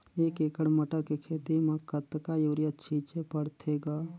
एक एकड़ मटर के खेती म कतका युरिया छीचे पढ़थे ग?